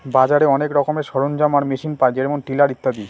বাজারে অনেক রকমের সরঞ্জাম আর মেশিন পায় যেমন টিলার ইত্যাদি